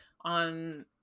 on